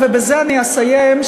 ובזה אני אסיים,